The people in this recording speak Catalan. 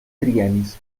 triennis